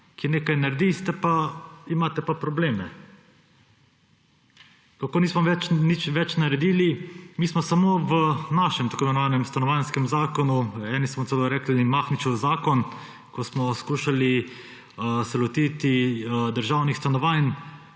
ki nekaj naredi, imate pa probleme. Kako nismo nič več naredili. Mi smo samo v našem, tako imenovanem stanovanjskem zakonu – eni smo celo rekli, Mahničev zakon –, ko smo se skušali lotiti državnih stanovanj,